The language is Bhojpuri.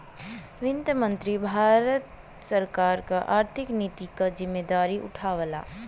वित्त मंत्री भारत सरकार क आर्थिक नीति क जिम्मेदारी उठावला